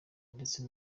ndetse